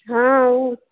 हँ ऊ